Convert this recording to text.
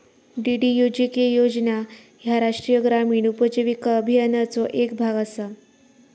DDUGK योजना ह्या राष्ट्रीय ग्रामीण उपजीविका अभियानाचो येक भाग असा